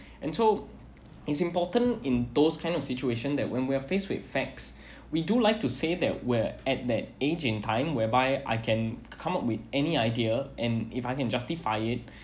and so is important in those kind of situation that when we're faced with facts we do like to say that we're at that age in time whereby I can come up with any idea and if I can justify it